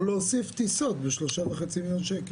או להוסיף טיסות ב-3.5 מיליון שקל.